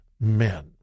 men